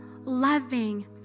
loving